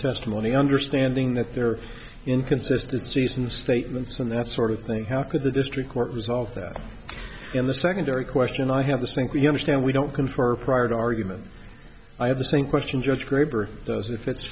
testimony understanding that there are inconsistent seasons statements and that sort of thing how could the district court resolve that in the secondary question i have the sync we understand we don't confer prior to argument i have the same question judge graber as if it's